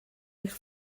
eich